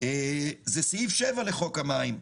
זה סעיף 7 לחוק המים.